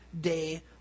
day